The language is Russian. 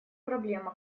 проблема